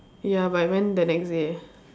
ya but I went the next day